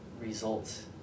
results